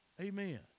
Amen